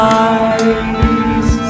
eyes